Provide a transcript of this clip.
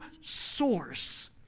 source